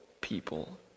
people